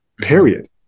period